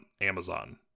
Amazon